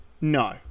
no